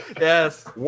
Yes